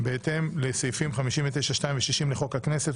"בהתאם לסעיפים 59(2) ו-60 לחוק הכנסת,